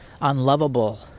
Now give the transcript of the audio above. unlovable